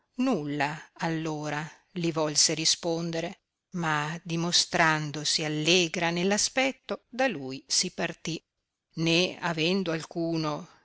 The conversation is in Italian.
nulla allora li volse rispondere ma dimostrandosi allegra nell aspetto da lui si partì né avendo alcuno